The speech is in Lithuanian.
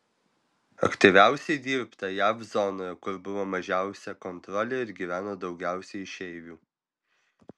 aktyviausiai dirbta jav zonoje kur buvo mažiausia kontrolė ir gyveno daugiausiai išeivių